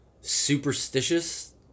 superstitious